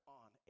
on